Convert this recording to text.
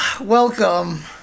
welcome